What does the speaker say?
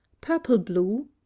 purple-blue